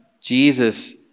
Jesus